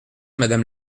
madame